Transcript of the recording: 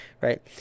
Right